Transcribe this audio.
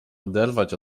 oderwać